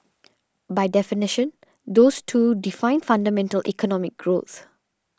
by definition those two define fundamental economic growth